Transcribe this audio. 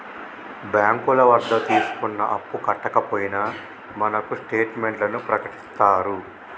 బ్యాంకుల వద్ద తీసుకున్న అప్పు కట్టకపోయినా మనకు స్టేట్ మెంట్లను ప్రకటిత్తారు